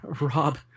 Rob